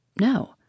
No